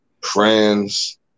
friends